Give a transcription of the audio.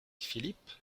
philippe